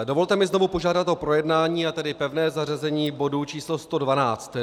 Dovolte mi znovu požádat o projednání, a tedy pevné zařazení bodu číslo 112.